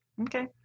Okay